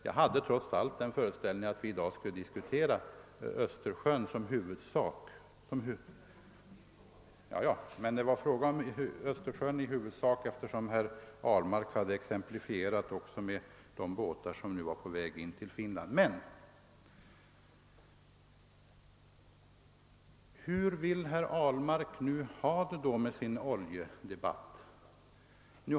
Jag hade trots allt den föreställningen att det främst var förhållandena i Östersjön vi skulle diskutera i dag eftersom herr Ahlmark hade exemplifierat med båtar som skulle gå till Finland. Hur vill herr Ahlmark ha det?